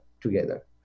together